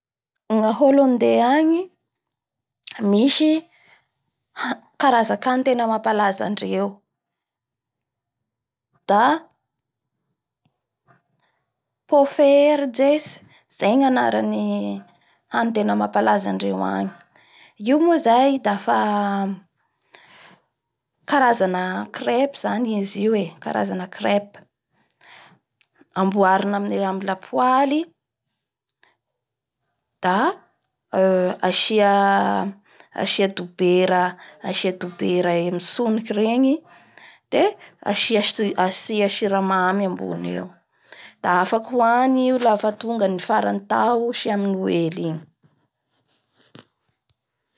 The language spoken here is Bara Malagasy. Ny a Hollandais agny misy ha-karankany tena mampalaza andreo da POFERJES izay ny anaran'ny hany tena mampalaza andreo angny io moa zay dafa karazana crepe zany izy io ee-karazana crepe, amboarina amin'ny lapoaly da asiaaa-asia dobera-asia dobera mitsiniky reny de asia siramamy ambony eo da afaky hoany io laf tonga ny faran'ny tao sy amin'ny noely ingny